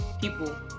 people